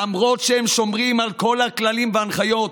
למרות שהם שומרים על כל הכללים וההנחיות.